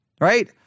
right